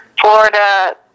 Florida